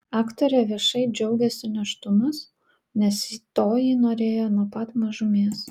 aktorė viešai džiaugiasi nėštumas nes to ji norėjo nuo pat mažumės